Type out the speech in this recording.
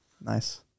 Nice